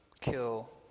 kill